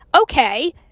Okay